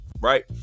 right